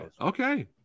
Okay